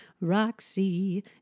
Roxy